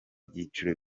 byiciro